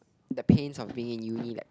the pains of being in uni like